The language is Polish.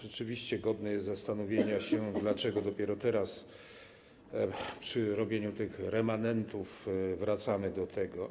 Rzeczywiście jest godne zastanowienia, dlaczego dopiero teraz przy robieniu tych remanentów wracamy do tego.